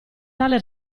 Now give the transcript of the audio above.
tale